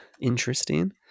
interesting